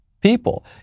people